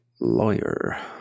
lawyer